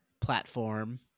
platform